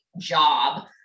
job